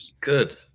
Good